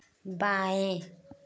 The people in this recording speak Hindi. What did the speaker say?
बाएँ